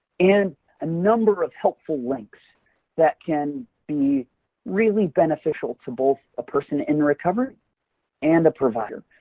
and a number of helpful links that can be really beneficial to both a person in recovery and the provider.